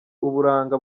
uburanga